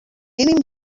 mínim